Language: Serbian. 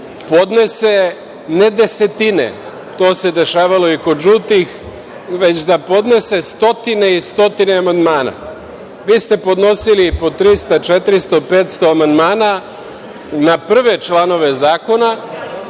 podnese ne desetine, to se dešavalo i kod žutih, već da podnese stotine i stotine amandmana. Vi ste podnosili po 300, 400, 500 amandman na prve članove zakona.